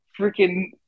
freaking –